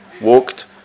walked